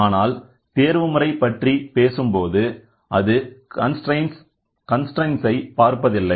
ஆனால் தேர்வு முறை பற்றி பேசும்போது அது கன்ஸ்ரெய்ன்ட் பார்ப்பதில்லை